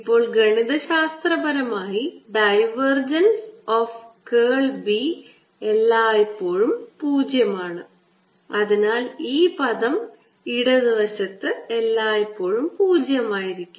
ഇപ്പോൾ ഗണിതശാസ്ത്രപരമായി divergence of curl B എല്ലായ്പ്പോഴും 0 ആണ് അതിനാൽ ഈ പദം ഇടത് വശത്ത് എല്ലായ്പ്പോഴും 0 ആയിരിക്കും